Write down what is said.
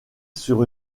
sur